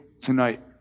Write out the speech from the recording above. tonight